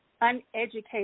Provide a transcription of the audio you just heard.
uneducated